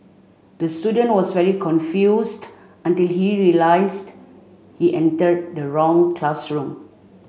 the student was very confused until he realised he entered the wrong classroom